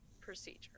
procedure